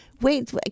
Wait